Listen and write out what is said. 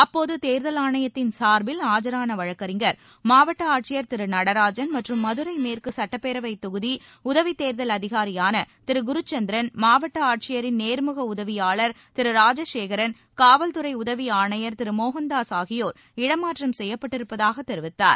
அப்போது தேர்தல் ஆணையத்தின் சார்பில் ஆஜான வழக்கறிஞர் மாவட்ட ஆட்சியர் திரு நடராஜன் மற்றும் மதுரை மேற்கு சுட்டப்பேரவைத் தொகுதி உதவித் தேர்தல் அதிகாரியான திரு குருசந்திரன் மாவட்ட ஆட்சியரின் நேர்முக உதவியாளர் திரு ராஜசேகரன் காவல்துறை உதவி ஆணையர் திரு மோகன்தாஸ் ஆகியோர் இடமாற்றம் செய்யப்பட்டிருப்பதாகத் தெரிவித்தார்